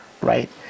right